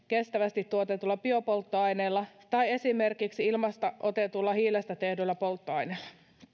kestävästi tuotetulla biopolttoaineella tai esimerkiksi ilmasta otetulla hiilestä tehdyllä polttoaineella